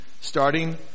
starting